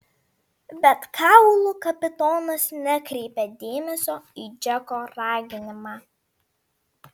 bet kaulų kapitonas nekreipė dėmesio į džeko raginimą